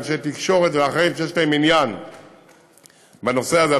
מאנשי תקשורת ומאחרים שיש להם עניין בנושא הזה.